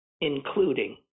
including